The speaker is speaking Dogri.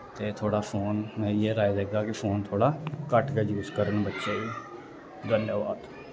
ते थोह्ड़ा फोन में इ'यै राए देगा कि फोन थोह्ड़ा घट्ट गै यूज करन बच्चे बी धन्यावाद